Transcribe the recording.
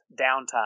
downtime